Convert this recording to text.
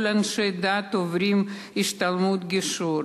כל אנשי הדת עוברים השתלמות גישור.